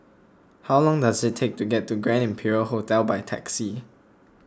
how long does it take to get to Grand Imperial Hotel by taxi